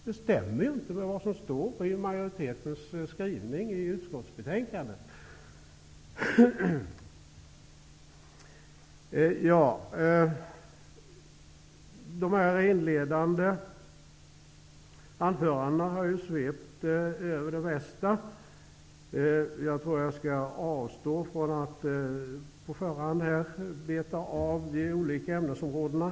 Det stämmer inte med vad som står i majoritetens skrivning i utskottsbetänkandet. De inledande anförandena har svept över det mesta. Jag skall avstå från att på förhand beta av de olika ämnesområdena.